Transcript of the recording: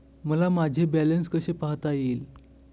मला माझे बॅलन्स कसे पाहता येईल?